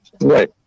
Right